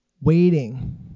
waiting